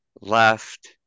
left